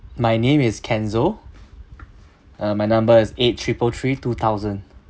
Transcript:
my name is kenzo uh my number is eight triple three two thousand